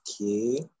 okay